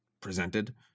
presented